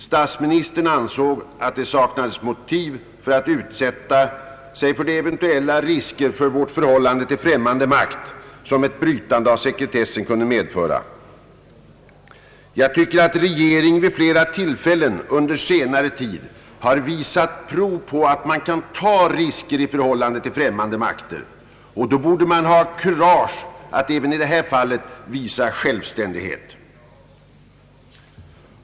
Statsministern ansåg att det saknades motiv för att utsätta sig för de eventuella ris) ker för vårt förhållande till främmande makt som ett brytande av sekretessen kunde medföra. Jag tycker att regeringen vid flera tillfällen under senare tid har visat prov på att man kan ta risker i förhållande till främmande makter, och då borde man ha kurage att även i detta fall visa självständighet.